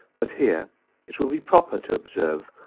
but here it will be proper to observe,